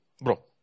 Bro